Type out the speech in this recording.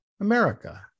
America